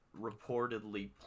reportedly